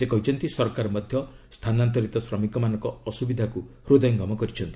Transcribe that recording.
ସେ କହିଛନ୍ତି ସରକାର ମଧ୍ୟ ସ୍ଥାନାନ୍ତରିତ ଶ୍ରମିକମାନଙ୍କ ଅସୁବିଧାକୁ ହୃଦୟଙ୍ଗମ କରିଛନ୍ତି